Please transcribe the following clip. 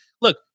Look